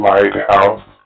Lighthouse